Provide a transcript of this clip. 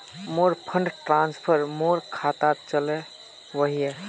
मोर fund transfer मोर खातात चले वहिये